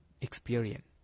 experience